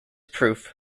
proof